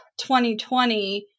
2020